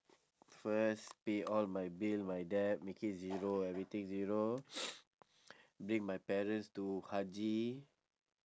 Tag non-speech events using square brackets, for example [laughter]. first pay all my bill my debt make it zero everything zero [noise] bring my parents to hajji